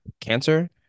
cancer